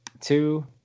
two